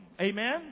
Amen